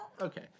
Okay